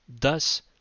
thus